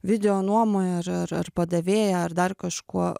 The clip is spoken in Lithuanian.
videonuomoje ar ar ar padavėja ar dar kažkuo